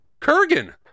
Kurgan